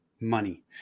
money